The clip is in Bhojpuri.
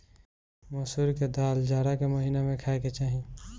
मसूर के दाल जाड़ा के महिना में खाए के चाही